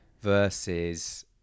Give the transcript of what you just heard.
versus